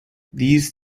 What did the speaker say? these